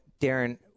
Darren